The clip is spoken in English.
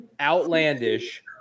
outlandish